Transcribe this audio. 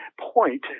point